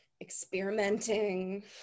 experimenting